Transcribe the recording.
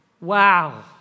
wow